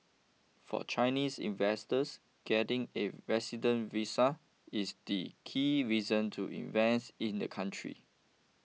for Chinese investors getting a resident visa is the key reason to invest in the country